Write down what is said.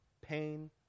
pain